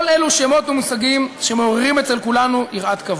כל אלו שמות ומושגים שמעוררים אצל כולנו יראת כבוד.